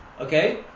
okay